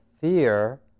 fear